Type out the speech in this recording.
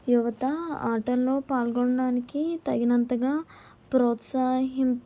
యువత ఆటల్లో పాల్గొనడానికి తగినంతగా ప్రోత్సహిమ్